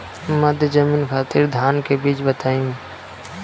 मध्य जमीन खातिर धान के बीज बताई?